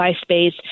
space